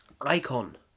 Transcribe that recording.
icon